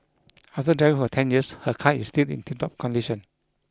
after driving for ten years her car is still in tiptop condition